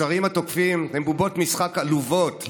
השרים התוקפים הם בובות משחק עלובות,